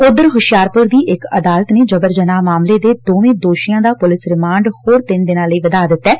ਉਧਰ ਹੁਸ਼ਿਆਰਪੁਰ ਦੀ ਇਕ ਅਦਾਲਤ ਨੇ ਜਬਰ ਜਨਾਹ ਮਾਮਲੇ ਦੇ ਦੋਵੇ ਦੋਸ਼ੀਆਂ ਦਾ ਪੁਲਿਸ ਰਿਮਾਂਡ ਹੋਰ ਤਿੰਨ ਦਿਨ ਲਈ ਵਧਾ ਦਿੱਤੈ